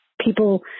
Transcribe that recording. people